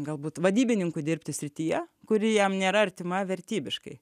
galbūt vadybininku dirbti srityje kuri jam nėra artima vertybiškai